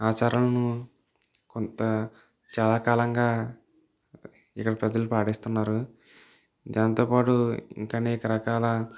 ఆచారాలను కొంత చాలా కాలంగా ఇక్కడ ప్రజలు పాటిస్తున్నారు దానితో పాటు ఇంకా అనేక రకాల